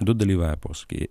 du dalyvavę posūky